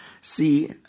See